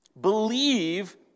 Believe